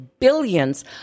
billions